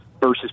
versus